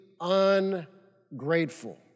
ungrateful